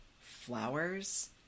flowers